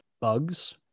Bugs